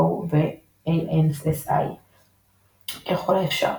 ISO ו־ANSI ככל האפשר,